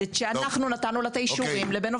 עובדת שאנחנו נתנו לה את האישורים.